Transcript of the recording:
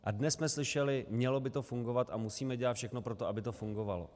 A dnes jsme slyšeli: mělo by to fungovat a musíme dělat všechno pro to, aby to fungovalo.